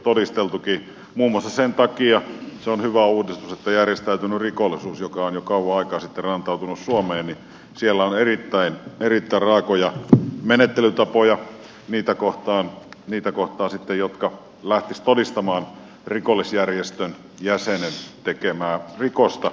muun muassa sen takia se on hyvä uudistus että järjestäytyneessä rikollisuudessa joka on jo kauan aikaa sitten rantautunut suomeen on erittäin raakoja menettelytapoja sitten niitä kohtaan jotka lähtisivät todistamaan rikollisjärjestön jäsenen tekemää rikosta